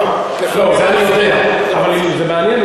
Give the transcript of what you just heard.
אבל זה מעניין,